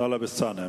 טלב אלסאנע.